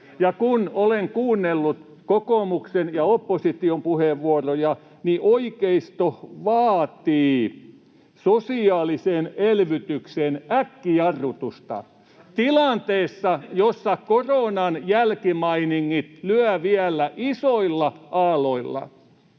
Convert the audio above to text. Ja kun olen kuunnellut kokoomuksen ja opposition puheenvuoroja, niin oikeisto vaatii sosiaalisen elvytyksen äkkijarrutusta tilanteessa, jossa koronan jälkimainingit lyövät vielä isoilla aalloilla.